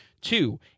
two